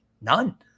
none